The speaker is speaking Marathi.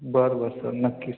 बरं बरं सर नक्कीच